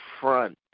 front